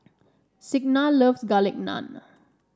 Signa loves Garlic Naan